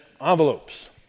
envelopes